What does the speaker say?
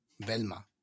Velma